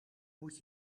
moet